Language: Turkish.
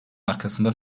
arkasında